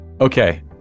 Okay